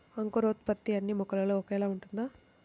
అంకురోత్పత్తి అన్నీ మొక్కలో ఒకేలా ఉంటుందా?